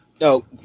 No